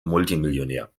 multimillionär